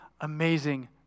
amazing